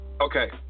Okay